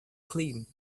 clean